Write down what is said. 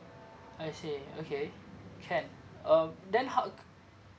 I see okay can um then how cou~